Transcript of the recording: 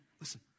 Listen